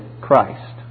Christ